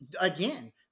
again